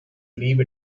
leave